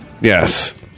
Yes